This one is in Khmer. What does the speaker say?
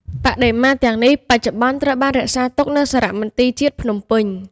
បដិមាទាំងនេះបច្ចុប្បន្នត្រូវបានរក្សាទុកនៅសារមន្ទីរជាតិភ្នំពេញ។